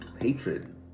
hatred